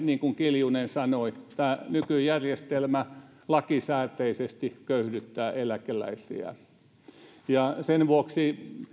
niin kuin kiljunen sanoi että tämä nykyjärjestelmä lakisääteisesti köyhdyttää eläkeläisiä sen vuoksi